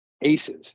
aces